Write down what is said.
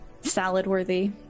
salad-worthy